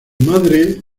madre